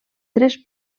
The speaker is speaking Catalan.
tres